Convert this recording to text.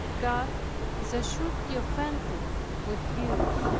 god is assuredly offended with you.